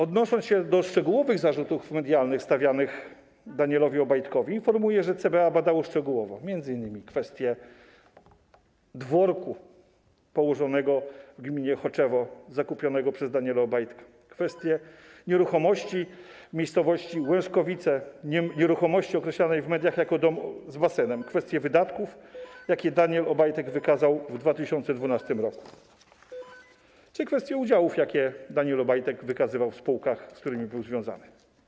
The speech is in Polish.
Odnosząc się do szczegółowych zarzutów medialnych stawianych Danielowi Obajtkowi, informuję, że CBA badało szczegółowo m.in. kwestię dworku położonego w gminie Choczewo, zakupionego przez Daniela Obajtka, kwestię nieruchomości w miejscowości Łężkowice, nieruchomości określanej w mediach jako dom z basenem, kwestie wydatków, jakie Daniel Obajtek wykazał w 2012 r., czy kwestie udziałów, jakie Daniel Obajtek wykazywał w spółkach, z którymi był związany.